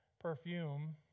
perfume